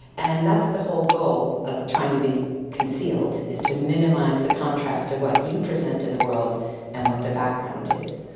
and that's the whole goal of trying to be concealed, is to minimise the contrast of what you present to the world and what the background is.